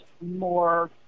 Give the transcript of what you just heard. more